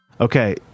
Okay